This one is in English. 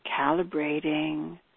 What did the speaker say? calibrating